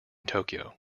tokyo